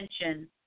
attention